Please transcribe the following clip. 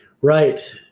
Right